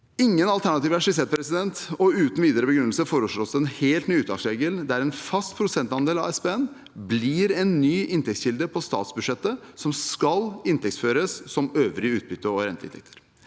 Ingen alternativer er skissert, og uten videre begrunnelse foreslås det en helt ny uttaksregel der en fast prosentandel av SPN blir en ny inntektskilde på statsbudsjettet, som skal inntektsføres som øvrig utbytte og renteinntekter.